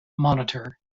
monitor